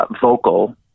vocal